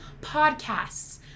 podcasts